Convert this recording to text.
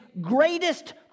greatest